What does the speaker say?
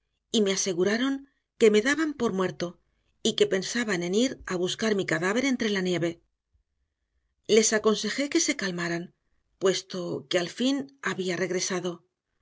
y me aseguraron que me daban por muerto y que pensaban en ir a buscar mi cadáver entre la nieve les aconsejé que se calmaran puesto que al fin había regresado